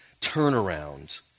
turnaround